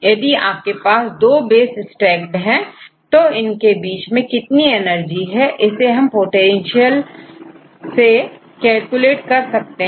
यदि आपके पास दोbases stacked हैं तो इनके बीच में कितनी एनर्जी है इसे हम पोटेंशियल से से कैलकुलेट कर सकते हैं